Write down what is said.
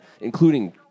including